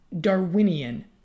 Darwinian